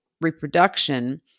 reproduction